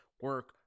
Work